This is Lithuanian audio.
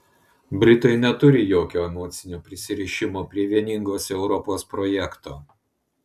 britai neturi jokio emocinio prisirišimo prie vieningos europos projekto